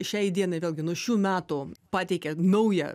šiai dienai vėlgi nuo šių metų pateikia naują